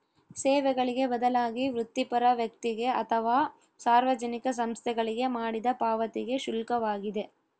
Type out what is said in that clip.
ಸೇವೆಗಳಿಗೆ ಬದಲಾಗಿ ವೃತ್ತಿಪರ ವ್ಯಕ್ತಿಗೆ ಅಥವಾ ಸಾರ್ವಜನಿಕ ಸಂಸ್ಥೆಗಳಿಗೆ ಮಾಡಿದ ಪಾವತಿಗೆ ಶುಲ್ಕವಾಗಿದೆ